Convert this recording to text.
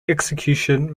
execution